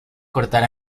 cortar